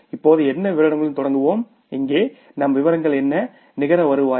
இப்போது என்ன விவரங்களுடன் தொடங்குவோம் இங்கே நம் விவரங்கள் என்ன நிகர வருவாய்